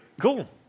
Cool